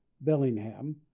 bellingham